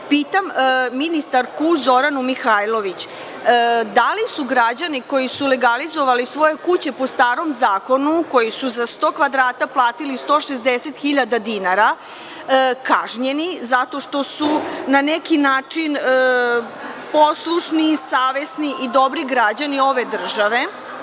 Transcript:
Pitam ministarku Zoranu Mihajlović – da li su građani koji su legalizovali svoje kuće po starom zakonu, koji su za sto kvadrata platili 160.000 dinara, kažnjeni zato što su na neki način poslušni, savesni i dobri građani ove države?